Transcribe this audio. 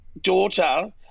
daughter